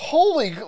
Holy